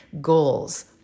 Goals